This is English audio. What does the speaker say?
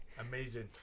Amazing